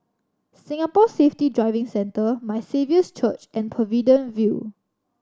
Singapore Safety Driving Centre My Saviour's Church and Pavilion View